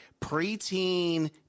preteen